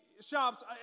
shops